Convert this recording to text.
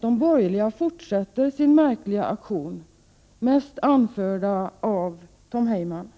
De borgerliga fortsätter sin märkliga aktion, anförda framför allt av Tom Heyman.